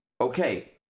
okay